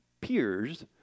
peers